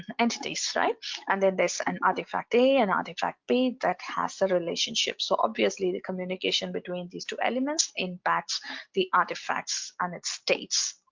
and entities. and then there's an artifact a and artifact b that has a relationship so obviously the communication between these two elements impacts the artifacts and its states.